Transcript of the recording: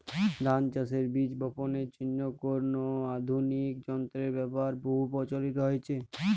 ধান চাষের বীজ বাপনের জন্য কোন আধুনিক যন্ত্রের ব্যাবহার বহু প্রচলিত হয়েছে?